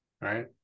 right